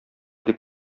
дип